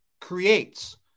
creates